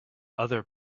other